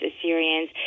Assyrians